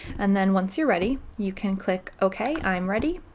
and then once you're ready you can click ok i'm ready